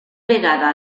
vegada